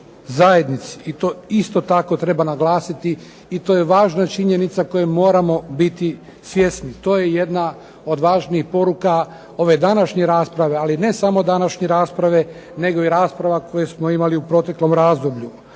zajednici. I to isto tako treba naglasiti i to je važna činjenica koje moramo biti svjesni. To je jedna od važnijih poruka od ove današnje rasprave, ali ne samo današnje rasprave nego i rasprava koje smo imali u proteklom razdoblju.